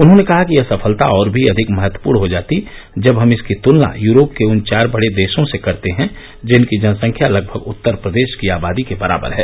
उन्होंने कहा कि यह सफलता और भी अधिक महत्वपूर्ण हो जाती जब हम इसकी तुलना यूरोप के उन चार बड़े देशों से करते हैं जिनकी जनसंख्या लगभग उत्तर प्रदेश की आबादी के बराबर है